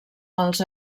als